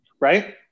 Right